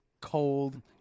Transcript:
cold